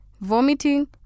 vomiting